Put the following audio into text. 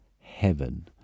heaven